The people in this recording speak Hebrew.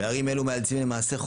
פערים אלו מאלצים למעשה,